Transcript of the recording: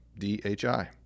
DHI